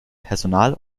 personal